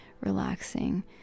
relaxing